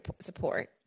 support